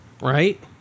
right